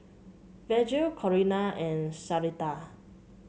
Virgil Corina and Sharita